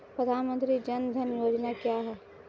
प्रधानमंत्री जन धन योजना क्या है?